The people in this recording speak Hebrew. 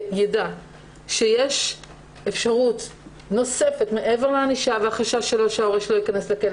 ידע שיש אפשרות נוספת מעבר לענישה והחשש שלו שההורה שלו ייכנס לכלא,